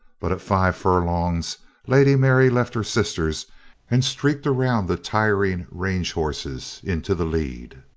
but at five furlongs lady mary left her sisters and streaked around the tiring range horses into the lead.